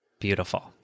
Beautiful